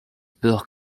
peur